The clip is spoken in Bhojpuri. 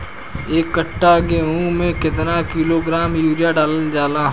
एक कट्टा गोहूँ में केतना किलोग्राम यूरिया डालल जाला?